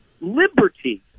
liberty